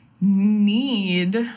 Need